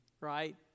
right